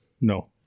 no